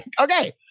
Okay